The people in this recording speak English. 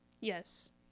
yes